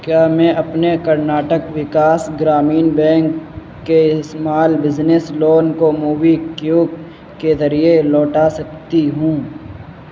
کیا میں اپنے کرناٹک وکاس گرامین بینک کے اسمال بزنس لون کو موبی کیوک کے ذریعے لوٹا سکتی ہوں